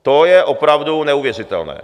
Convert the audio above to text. To je opravdu neuvěřitelné!